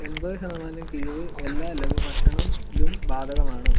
എൺപത് ശതമാനം കിഴിവ് എല്ലാ ലഘുഭക്ഷണത്തിലും ബാധകമാണോ